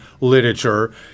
literature